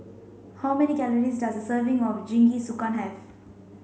how many calories does a serving of Jingisukan have